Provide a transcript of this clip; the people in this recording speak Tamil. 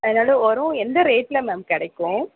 அதனால உரோம் எந்த ரேட்டில் மேம் கிடைக்கும்